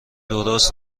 درست